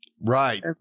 Right